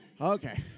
Okay